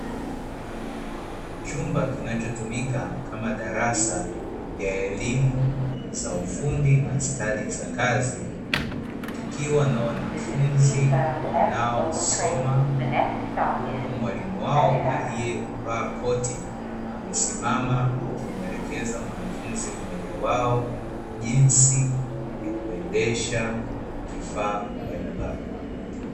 Chumba kinachotumika kama darasa ya elimu za ufundi na stadi za kazi, kukiwa na wanafunzi wanaosoma, huku mwalimu wao aliyevaa koti amesimama, akimuelekeza mwanafunzi mmoja wao jinsi yakuendesha vifaa mbalimbali.